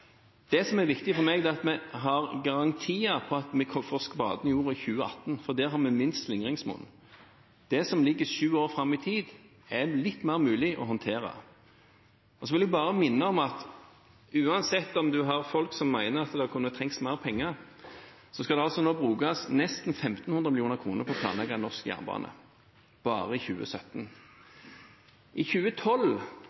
Det som er viktig for meg, er at vi har garantier for at vi får spaden i jorda i 2018, for der har vi minst slingringsmonn. Det som ligger sju år fram i tid, er litt mer mulig å håndtere. Jeg vil bare minne om at uansett om man har folk som mener at det kunne trenges mer penger, skal det nå brukes nesten 1 500 mill. kr til å planlegge norsk jernbane – bare i